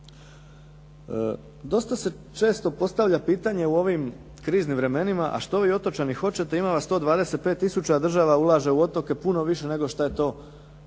Dosta se često postavlja pitanje u ovim kriznim vremenima, a što vi otočani hoćete, ima vas 125000 a država ulaže u otoke puno više nego što je to